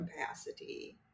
capacity